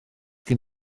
gen